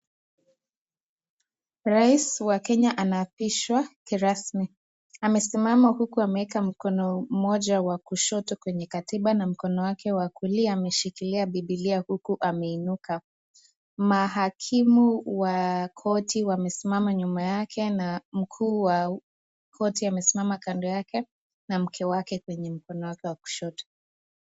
Rais wa Kenya anaapishwa kirasmi, amesimama huku ameeka mkono wa kushoto kwenye katiba na mkono wake wa kulia, ameshikilia bibilia huku ameinuka, mahakimu wa koti wamesimama nyuma yake na mkuu wa koti amesimama kando yake, na mke wake kwenye mkono wake wa kushoto.